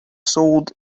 sword